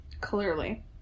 Clearly